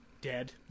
dead